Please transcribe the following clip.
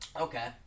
Okay